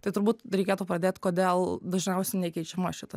tai turbūt reikėtų pradėt kodėl dažniausiai nekeičiama šita